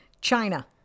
china